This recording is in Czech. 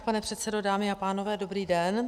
Pane předsedo, dámy a pánové, dobrý den.